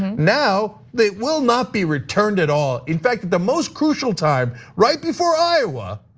now, they will not be returned at all, in fact, the most crucial time right before iowa,